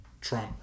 Trump